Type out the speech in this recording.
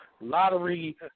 lottery